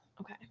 Okay